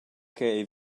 ch’ei